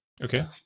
Okay